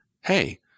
hey